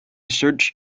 search